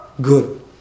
good